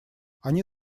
они